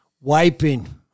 wiping